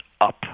up